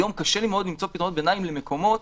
היום קשה לי מאוד למצוא פתרונות ביניים למקומות